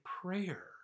prayer